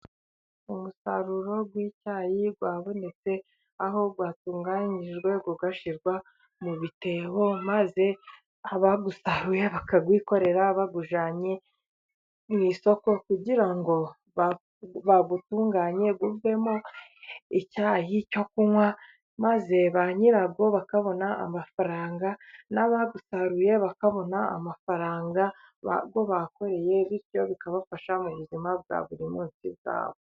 Umusaruro w'icyayi wabonetse, aho watunganyijwe ugashyirwa mu bitebo, maze abawusaruye bakawikorera bawujyanye mu isoko kugira ngo bawutunganye uvemo icyayi cyo kunwa, maze ba nyirawo bakabona amafaranga n'abawusaruye bakabona amafaranga yo bakoreye, bityo bikabafasha mu buzima bwa buri munsi bwabo.